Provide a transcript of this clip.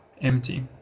empty